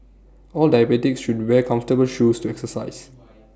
all diabetics should wear comfortable shoes to exercise